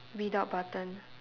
without button